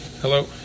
Hello